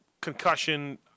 concussion